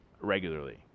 regularly